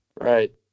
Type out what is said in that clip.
Right